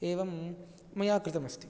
एवं मया कृतमस्ति